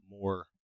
more